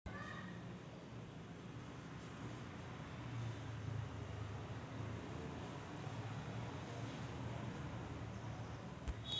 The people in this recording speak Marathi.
नंतरच्या तारखेला डिलिव्हरीसह स्पॉट मार्केट फ्युचर्स मार्केटच्या विपरीत आहे